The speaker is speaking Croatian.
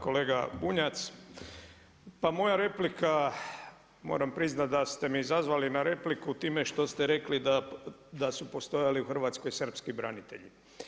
Kolega Bunjac, pa moja replika, moram priznati da ste me izazvali na repliku time što ste rekli da su postojali u Hrvatskoj srpski branitelji.